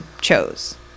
chose